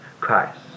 Christ